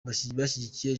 bashyigikiye